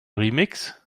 remix